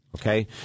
okay